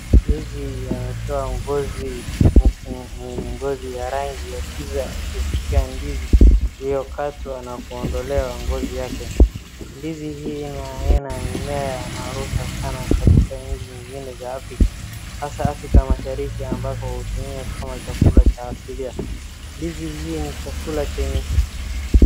Ndizi yatoa ngozi akiwa na ngozi ya rangi ya giza akishika ndizi iliyokatwa na kuondolewa ngozi yake. Ndizi hii ni aina ya mimea maarufu sana katika nchi nyingine za Afrika hasa Afrika Mashariki ambako hutumiwa kama chakula cha asili. Ndizi hii ni chakula chenye